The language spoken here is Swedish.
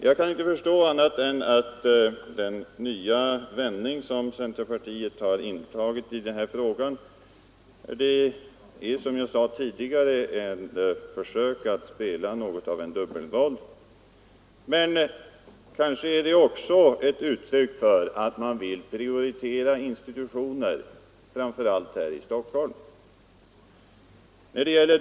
Jag kan inte förstå annat än att centerns nya vändning i frågan är, som jag sade tidigare, ett försök att spela något av en dubbelroll; men kanske är det också ett uttryck för att man vill prioritera institutioner i Stockholm framför allt.